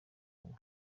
kumwe